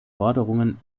forderungen